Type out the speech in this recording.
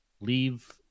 leave